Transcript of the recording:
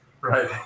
Right